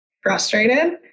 frustrated